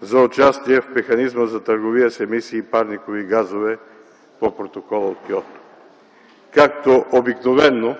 за участие в механизма за търговия с емисии и парникови газове по Протокола от Киото. Както обикновено,